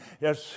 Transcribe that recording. Yes